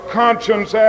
conscience